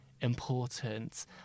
important